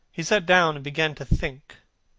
he sat down and began to think.